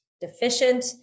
deficient